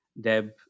Deb